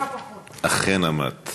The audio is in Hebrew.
חברת